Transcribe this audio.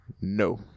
No